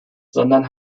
sondern